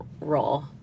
role